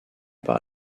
par